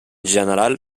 general